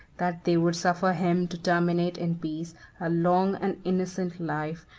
that they would suffer him to terminate in peace a long and innocent life,